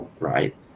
right